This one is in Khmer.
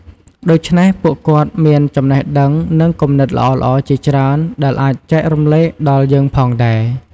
ដូច្នេះ ពួកគាត់មានចំណេះដឹង និងគំនិតល្អៗជាច្រើនដែលអាចចែករំលែកដល់យើងផងដែរ។